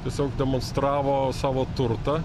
tiesiog demonstravo savo turtą